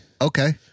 Okay